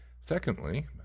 Secondly